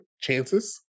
Chances